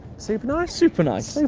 super nice? super nice.